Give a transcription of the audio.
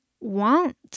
want